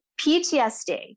PTSD